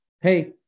hey